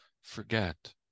forget